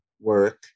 work